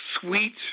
sweet